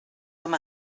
com